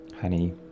Honey